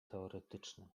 teoretyczne